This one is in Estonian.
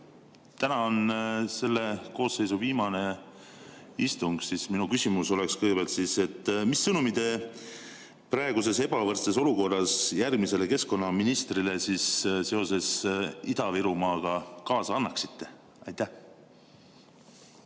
täna on selle koosseisu viimane istung, siis mu küsimus on kõigepealt see: mis sõnumi te praeguses ebavõrdses olukorras järgmisele keskkonnaministrile seoses Ida-Virumaaga kaasa annaksite? Madis